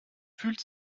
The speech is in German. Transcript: fühlt